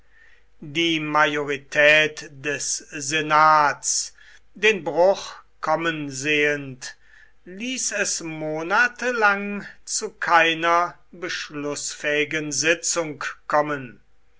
die majorität des senats den bruch kommen sehend ließ es monate lang zu keiner beschlußfähigen sitzung kommen